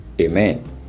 Amen